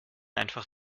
einfach